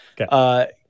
Okay